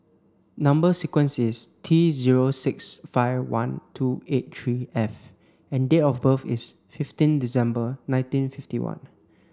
number sequence is T zero six five one two eight three F and date of birth is fifteen December nineteen fifty one